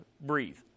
breathe